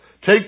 Take